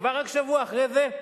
עבר רק שבוע אחרי זה,